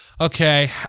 Okay